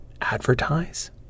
advertise